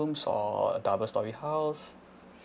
or a double storey house